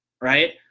Right